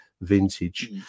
vintage